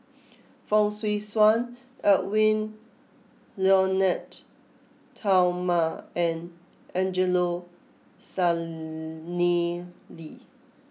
Fong Swee Suan Edwy Lyonet Talma and Angelo Sanelli